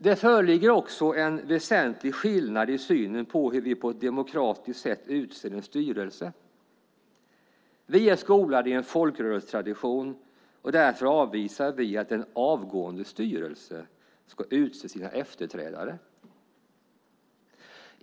Det föreligger också en väsentlig skillnad i synen på hur vi på ett demokratiskt sätt utser en styrelse. Vi är skolade i en folkrörelsetradition och därför avvisar vi att en avgående styrelse ska utse sina efterträdare.